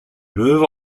löwe